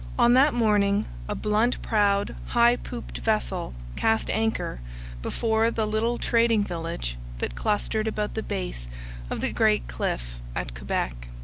on that morning a blunt-prowed, high-pooped vessel cast anchor before the little trading village that clustered about the base of the great cliff at quebec.